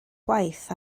gwaith